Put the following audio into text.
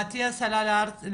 ומטיאס לפני כמה זמן עלה לארץ?